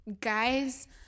guys